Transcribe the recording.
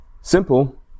Simple